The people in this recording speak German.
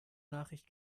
nachricht